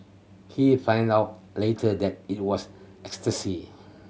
he find out later that it was ecstasy